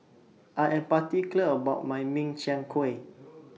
I Am particular about My Min Chiang Kueh